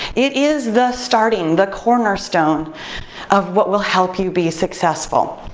it is the starting, the cornerstone of what will help you be successful.